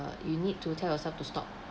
you need to tell yourself to stop